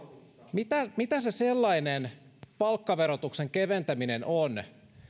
mitä mitä se sellainen palkkaverotuksen keventäminen on